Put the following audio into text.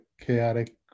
chaotic